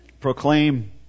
proclaim